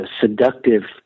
seductive